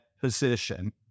position